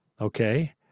okay